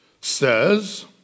says